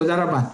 תודה רבה.